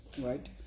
right